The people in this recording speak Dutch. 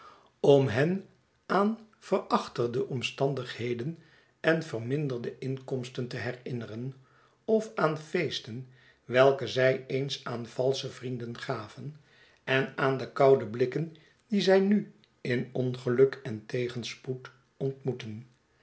om hen aan verachterde omstandigheden en verminderde inkomsten te herinneren of aan feesten welke zij eens aan valsche vrienden gaven en aan de koude blikken die zij nu in ongeluk en tegenspoed ontmoeten